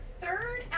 third